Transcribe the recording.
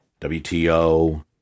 WTO